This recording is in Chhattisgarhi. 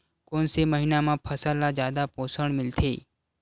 कोन से महीना म फसल ल जादा पोषण मिलथे?